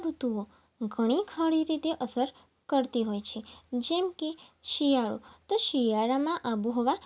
ઋતુઓ ઘણી ખરી રીતે અસર કરતી હોય છે જેમ કે શિયાળો તો શિયાળામાં આબોહવા